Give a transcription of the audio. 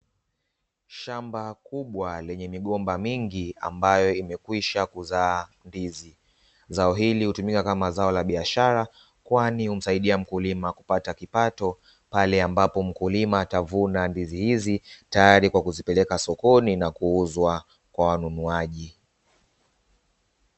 Ambayo imekwisha kuzaa ndizi zao hili hutumika kama zao la biashara, kwani humsaidia mkulima kupata kipato pale ambapo mkulima atavuna ndizi hizi hizi tayari kwa kuzipeleka sokoni na kuuzwa kwa wanunuaji.